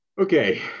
Okay